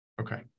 Okay